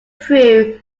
threw